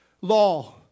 law